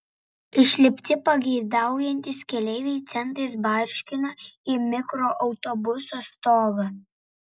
išlipti pageidaujantys keleiviai centais barškina į mikroautobuso stogą